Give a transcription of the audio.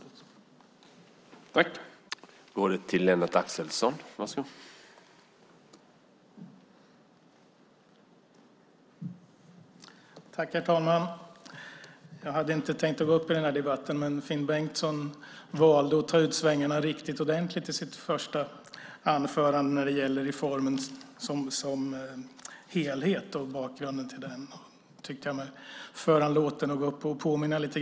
Det är min fråga till Kent Persson.